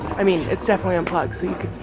i mean it's definitely unplugged, so you